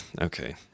okay